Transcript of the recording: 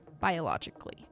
biologically